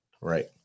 Right